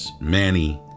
Manny